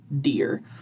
dear